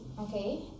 okay